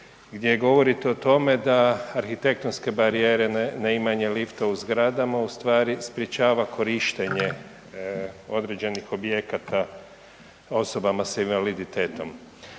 gdje govorite o tome da arhitektonske barijere, ne imanje lifta u zgradama ustvari sprječava korištenje određenih objekata osobama sa invaliditetom.